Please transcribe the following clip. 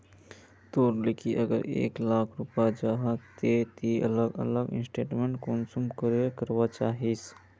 तोर लिकी अगर एक लाख रुपया जाहा ते ती अलग अलग इन्वेस्टमेंट कुंसम करे करवा चाहचिस?